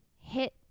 hit